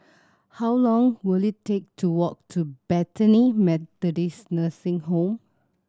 how long will it take to walk to Bethany Methodist Nursing Home